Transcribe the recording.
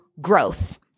growth